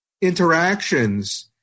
interactions